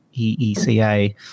EECA